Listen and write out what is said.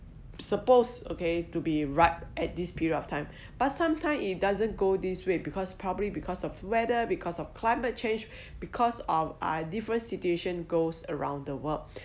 suppose okay to be ripe at this period of time but sometimes it doesn't go this way because probably because of weather because of climate change because of a different situation goes around the world